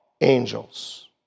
angels